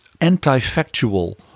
anti-factual